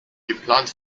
geplant